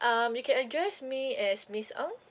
um you can address me as miss ng